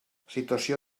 situació